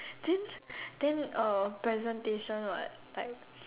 then then uh presentation what like